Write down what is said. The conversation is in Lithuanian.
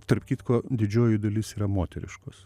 tarp kitko didžioji dalis yra moteriškos